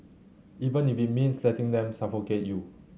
even if it means letting them suffocate you